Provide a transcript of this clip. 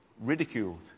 ridiculed